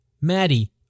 Maddie